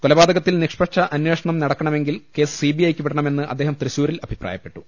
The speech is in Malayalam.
കൊലപാതകത്തിൽ നിഷ്പക്ഷ അന്വേഷണം നടക്കണമെങ്കിൽ കേസ് സിബിഐയ്ക്ക് വിടണമെന്ന് അദ്ദേഹം തൃശ്ശൂരിൽ അഭിപ്രായപ്പെട്ടു